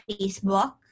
Facebook